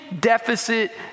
deficit